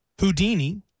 Houdini